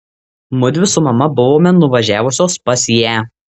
mudvi su mama buvome nuvažiavusios pas ją